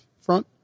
front